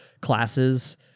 classes